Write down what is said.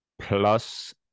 plus